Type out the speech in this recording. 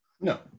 No